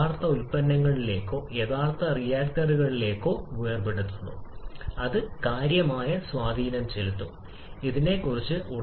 മറ്റൊരു പൊതു ഉദാഹരണം റിയാക്റ്റന്റ് ഭാഗത്ത് നമ്മൾക്ക് 2 1 അതായത് 3 ഉം ഉൽപ്പന്നത്തിന്റെ വശത്ത് 2 ഉം ഉണ്ട്